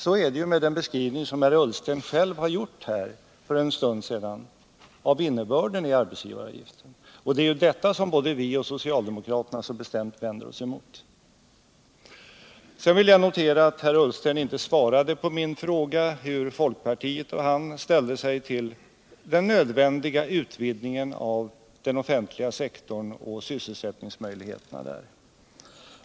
Så är det enligt den beskrivning Ola Ullsten själv gjorde för en stund sedan av innebörden i arbetsgivaravgiften. Det är detta både vi och socialdemokraterna bestämt vänder oss emot. Sedan vill jag notera att Ola Ullsten inte svarade på min fråga, hur folkpartiet ställer sig till den nödvändiga utvidgningen av den offentliga sektorn och sysselsättningsmöjligheterna där.